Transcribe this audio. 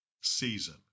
season